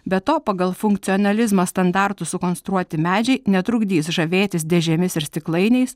be to pagal funkcionalizmo standartus sukonstruoti medžiai netrukdys žavėtis dėžėmis ir stiklainiais